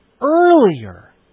earlier